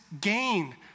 gain